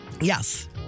Yes